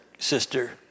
Sister